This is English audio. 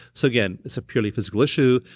so again, it's a purely physical issue.